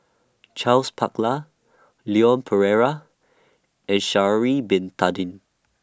Charles Paglar Leon Perera and Sha'Ari Bin Tadin